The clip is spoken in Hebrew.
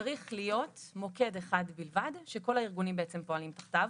צריך להיות מוקד אחד בלבד שכל הארגונים פועלים תחתיו,